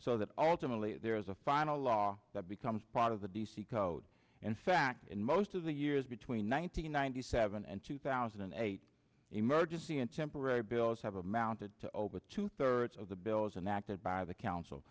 so that ultimately there is a final law that becomes part of the d c code in fact in most of the years between one thousand ninety seven and two thousand and eight emergency and temporary bills have amounted to over two thirds of the bills and acted by the council